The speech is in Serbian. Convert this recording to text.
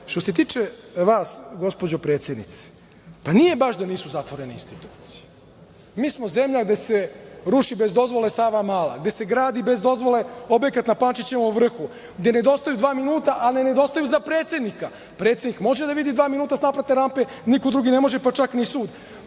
se tiče vas, gospođo predsednice, pa nije baš da nisu zatvorene institucije. Mi smo zemlja gde se ruši bez dozvole Savamala, gde se gradi bez dozvole objekat na Pančićevom vrhu, gde nedostaju dva minuta, ali ne nedostaju za predsednika. Predsednik može da vidi dva minuta sa naplatne rampe, niko drugi ne može, pa čak ni sud.